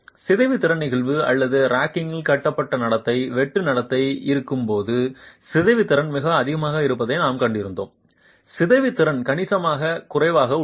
சிதைவு திறன் நெகிழ்வு அல்லது ராக்கிங் கட்டுப்பாட்டு நடத்தை வெட்டு நடத்தை இருக்கும்போது சிதைவு திறன் மிக அதிகமாக இருப்பதை நாம் கண்டிருந்தோம் சிதைவு திறன் கணிசமாகக் குறைவாக உள்ளது